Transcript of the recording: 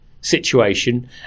situation